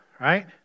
right